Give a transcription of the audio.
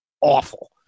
awful